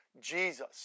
Jesus